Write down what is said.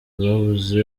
babuze